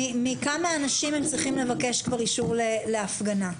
מכמה אנשים הם צריכים לבקש כבר אישור להפגנה?